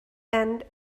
and